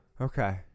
Okay